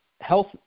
health